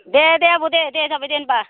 दे दे आबौ दे दे जाबाय दे होनब्ला